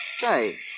Say